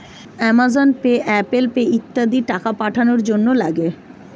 Amazon Pay, Apple Pay ইত্যাদি টাকা পাঠানোর জন্যে লাগে